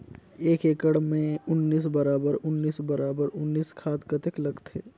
एक एकड़ मे उन्नीस बराबर उन्नीस बराबर उन्नीस खाद कतेक लगथे?